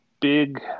big